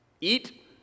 Eat